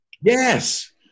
Yes